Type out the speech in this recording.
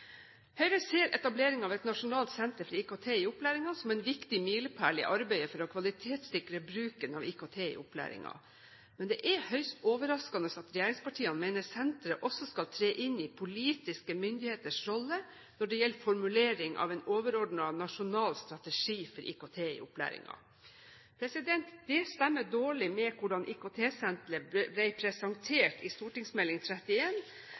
Høyre ser etableringen av et nasjonalt senter for IKT i opplæringen som en viktig milepæl i arbeidet for å kvalitetssikre bruken av IKT i opplæringen. Men det er høyst overraskende at regjeringspartiene mener senteret også skal tre inn i politiske myndigheters rolle når det gjelder utforming av en overordnet nasjonal strategi for IKT i opplæringen. Dette stemmer dårlig med hvordan IKT-senteret ble